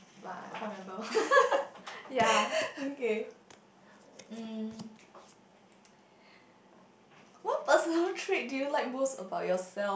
but I can't remember ya